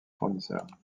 fournisseurs